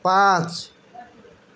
पाँच